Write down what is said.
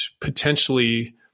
potentially